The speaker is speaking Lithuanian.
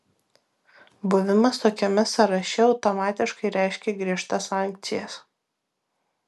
buvimas tokiame sąraše automatiškai reiškia griežtas sankcijas